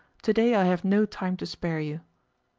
to-day i have no time to spare you.